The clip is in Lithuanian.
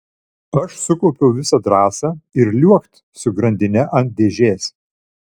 aš sukaupiau visą drąsą ir liuokt su grandine ant dėžės